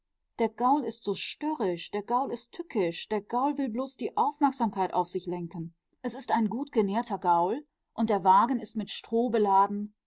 der gaul ist störrisch der gaul ist tückisch der gaul will bloß die aufmerksamkeit auf sich lenken es ist ein gutgenährter gaul und der wagen ist mit stroh beladen